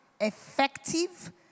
effective